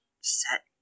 set